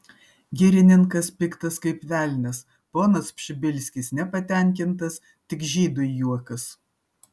girininkas piktas kaip velnias ponas pšibilskis nepatenkintas tik žydui juokas